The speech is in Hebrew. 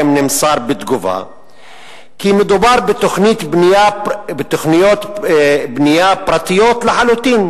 נמסר בתגובה כי מדובר בתוכניות בנייה פרטיות לחלוטין,